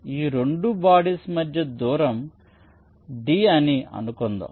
ఈ రెండు బాడీస్ మధ్య దూరం d అని అనుకుందాం